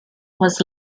was